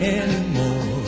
anymore